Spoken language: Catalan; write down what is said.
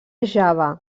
java